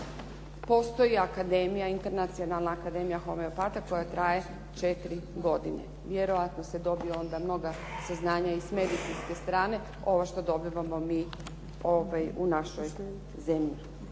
postoji Internacionalna akademija homeopata koja traje 4 godine. vjerojatno se dobiju onda mnoga saznanja i s medicinske strane ovo što dobivamo mi u našoj zemlji.